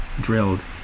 drilled